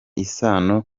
isano